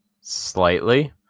slightly